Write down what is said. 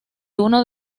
uno